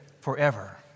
forever